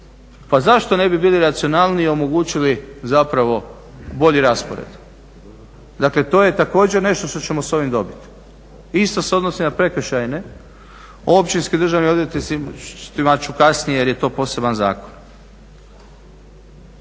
Pa zašto ne bi bili racionalniji i omogućili bolji raspored? Dakle to je također nešto što ćemo s ovim dobiti. Isto se odnosi na prekršajne. Općinski državni odvjetnici o njima ću kasnije jer je to poseban zakon.